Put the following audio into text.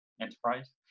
Enterprise